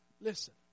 listen